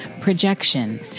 Projection